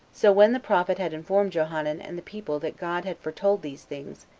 so when the prophet had informed johanan and the people that god had foretold these things,